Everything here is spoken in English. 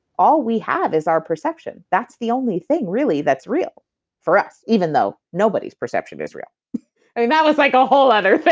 all we have is our perception that's the only thing, really, that's real for us, even though nobody's perception is real and that was like a whole other thing